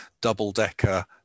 double-decker